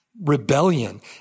rebellion